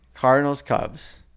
Cardinals-Cubs